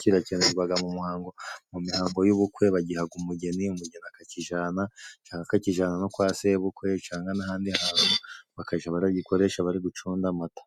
kirakenerwaga mu muhango mu mihango y'ubukwe, bagihaga umugeni, umugeni akakijana canga akakijana no kwa sebukwe canga n'ahandi hantu bakaja baragikoresha bari gucunda amata.